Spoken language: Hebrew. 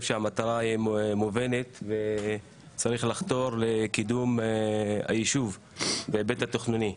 שהמטרה היא מובנת וצריך לחתור לקידום היישוב בהיבט התכנוני.